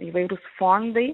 įvairūs fondai